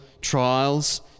trials